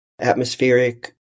atmospheric